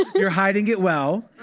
ah you're hiding it well.